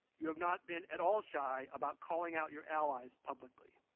you have not been at all shy about calling out your allies publically.